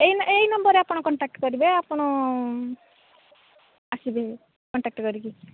ଏହି ଏହି ନମ୍ବରରେ ଆପଣ କଣ୍ଟାକ୍ଟ କରିବେ ଆପଣ ଆସିବେ କଣ୍ଟାକ୍ଟ କରିକି